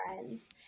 Friends